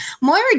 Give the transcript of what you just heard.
Moira